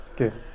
Okay